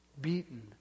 beaten